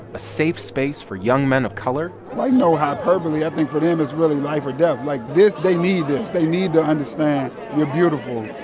a safe space for young men of color. like, no hyperbole i think for them it's really life or death. like, this they need this. they need to understand you're beautiful,